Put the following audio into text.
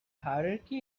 hierarchy